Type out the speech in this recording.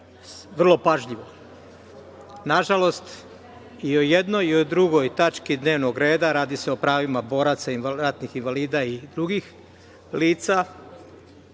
vrlo pažljivo. Nažalost, i o jednoj i o drugoj tački dnevnog reda, radi se o pravima boraca, ratnih invalida i drugih lica,